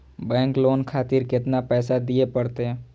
Bank loan खातीर केतना पैसा दीये परतें?